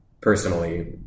personally